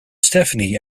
stephanie